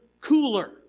cooler